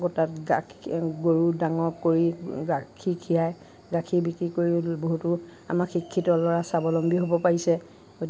গোটত গা গৰু ডাঙৰ কৰি গাখীৰ খীৰায় গাখীৰ বিক্ৰী কৰি বহুতো আমাৰ শিক্ষিত ল'ৰা স্বাৱলম্বী হ'ব পাৰিছে